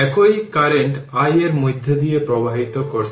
সুতরাং 1 5 i L t আমি বলেছিলাম যে এটিকে কী বলতে হবে কারণ i হল